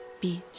beach